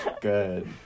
Good